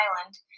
island